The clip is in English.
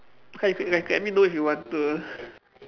you ca~ like let me know if you want to